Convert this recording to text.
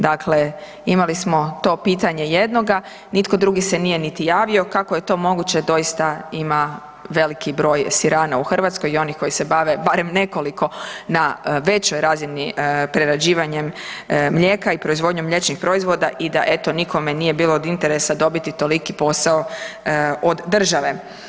Dakle, imali smo to pitanje jednoga, nitko drugi se nije niti javio, kako je to moguće, doista ima veliki broj sirana u Hrvatskoj i onih koji se bave, barem nekoliko, na većoj razini prerađivanjem mlijeka i proizvodnjom mliječnih proizvoda i da eto nikome nije bilo od interesa dobiti toliki posao od države.